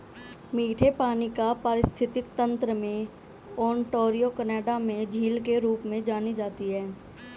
मीठे पानी का पारिस्थितिकी तंत्र में ओंटारियो कनाडा में झील के रूप में जानी जाती है